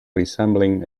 resembling